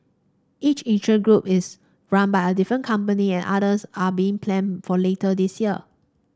each interest group is run by a different company and others are being planned for later this year